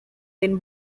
then